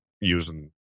using